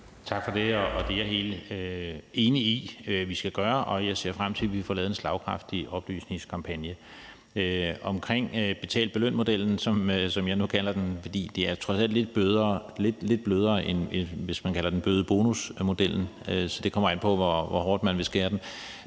Tak for det. Det er jeg helt enig i at vi skal gøre, og jeg ser frem til, at vi får lavet en slagkraftig oplysningskampagne. Omkring betal-beløn-modellen – som jeg kalder den, fordi det trods alt er lidt blødere, end hvis man kalder den bøde-bonus-modellen, så det kommer an på, hvor hårdt man vil skære den